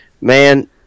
man